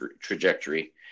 trajectory